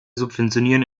subventionieren